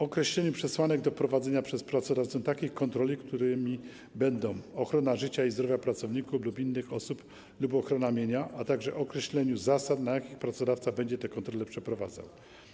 Określenie przesłanek do wprowadzenia przez pracodawcę takich kontroli, którymi będą ochrona życia i zdrowia pracowników lub innych osób lub ochrona mienia, a także określenie zasad, na jakich pracodawca będzie te kontrole przeprowadzał.